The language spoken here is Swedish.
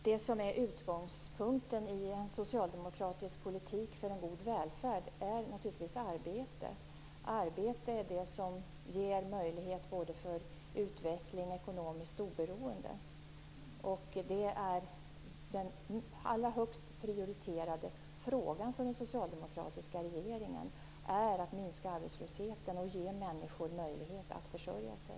Herr talman! Utgångspunkten i en socialdemokratisk politik för en god välfärd är naturligtvis arbete. Arbete är det som ger möjlighet till både utveckling och ekonomiskt oberoende. Den allra högst prioriterade frågan för den socialdemokratiska regeringen är att minska arbetslösheten och ge människor möjlighet att försörja sig.